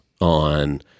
on